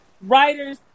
writers